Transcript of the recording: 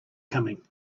coming